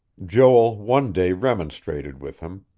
joel one day remonstrated with him.